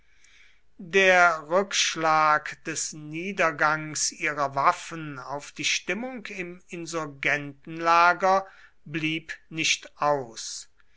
der rückschlag des niedergangs ihrer waffen auf die stimmung im insurgentenlager blieb nicht aus